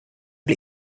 bli